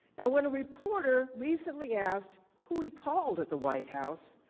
and when a reporter recently asked who we called at the white house,